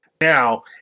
Now